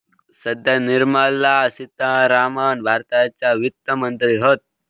सध्या निर्मला सीतारामण भारताच्या वित्त मंत्री हत